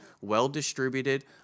well-distributed